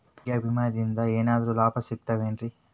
ಆರೋಗ್ಯ ವಿಮಾದಿಂದ ಏನರ್ ಲಾಭ ಸಿಗತದೇನ್ರಿ?